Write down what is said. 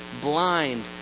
blind